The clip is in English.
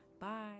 Bye